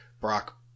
Brock